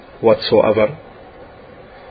whatsoever